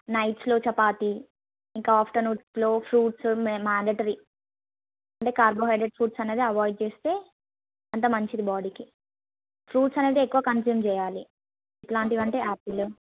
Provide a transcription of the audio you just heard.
నైట్స్లో చపాతీ ఇంకా ఆఫ్టర్నూన్స్లో fruits mandatory అంటే కార్బోహైడ్రెట్ ఫ్రూట్స్ అనేది ఎవాయిడ్ చేెస్తే అంత మంచిది బాడీకి ఫ్రూట్స్ అనేవి ఎక్కువ కన్య్సూమ్ చేయాలి ఎట్లాంటివంటే యాపిల్